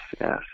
yes